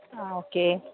ആ ഓക്കെ